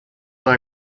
were